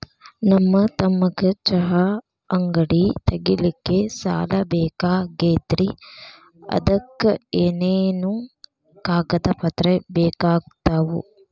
ನನ್ನ ತಮ್ಮಗ ಚಹಾ ಅಂಗಡಿ ತಗಿಲಿಕ್ಕೆ ಸಾಲ ಬೇಕಾಗೆದ್ರಿ ಅದಕ ಏನೇನು ಕಾಗದ ಪತ್ರ ಬೇಕಾಗ್ತವು?